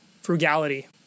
Frugality